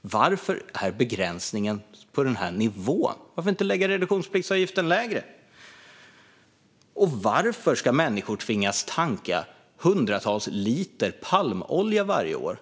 varför är begränsningen på den här nivån? Varför inte lägga reduktionspliktsavgiften lägre? Och varför ska människor tvingas tanka hundratals liter palmolja varje år?